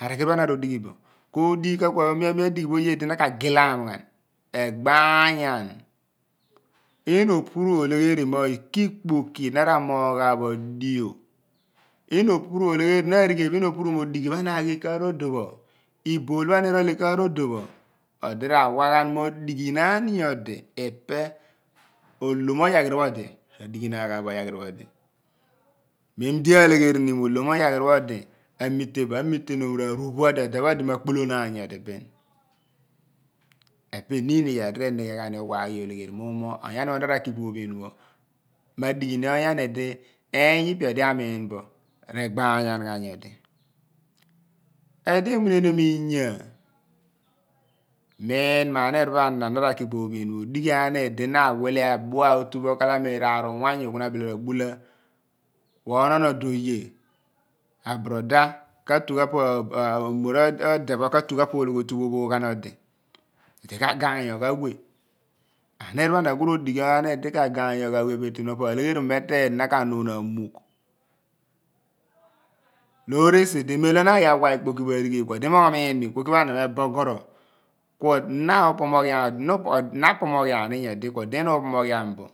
arighiri pha ana ro dighi bo ku udika ku mi adighi pho oye di na ka gilaam ghan? Egaany-an, ina opuru olegheri mo ika ikpohi na ra mogha bo dhio ina opuru olegheri na arighel pho ina opuru mo odighi pha ana aghi ike rodon pho? Ibol pho ana ighe ika rodon pho? Odi ra wa ghan mo dighinaan yodi ipe olom oyaghiri pho odi ra dighinaan gha bo oyaghiri pho odi mem di alegherini mo olom oyaghir pho di amite bo amitenum ra ruphula di ode pho odi ma kpolonaan yodi bin epe eniin iyaar di re nigheghani owaghi olegheri mu mo onyani pho na raki bo ophiin pho madighi ni onyani di eny ipe odi amiin bo regbaanyan ghan nyodi edi emuneniom inya miin ma aniir pho ana na ra ki bo ophiin pho odighi aniir di na awile adhua otu pho ka lam mo iraar uwanyu bin obile ro bula ku enon odo oye abrother ka tu ghan pa umor ode pho ka tu ghan pa ologhiotu pho ophoghan odi odi ka gaanyoghan we aniir pho ana ku rodighi aniir di ka gaanyoghan we pa aleghiri mo mo teeng di ka nun amugh loor esi di mem lo na aghi awa ikpoki pho arighed ku odi mo miin mo ikpoki pho ana meboghore ku na apomoghian in nyodi kuo odi ina uphomoghien bo